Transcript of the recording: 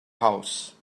house